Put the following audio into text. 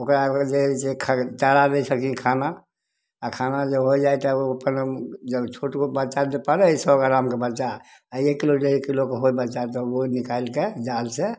ओकरा जे चारा दै छलखिन खाना आ खाना जे हो जाइ तब ओ अपन जब छोटगो बच्चा जे पड़ै हइ सौ ग्राम कऽ बच्चा आ एक किलो डेढ़ किलोके होइ बच्चा तब ओ निकालिके जाल से